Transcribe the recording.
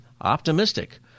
optimistic